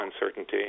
uncertainty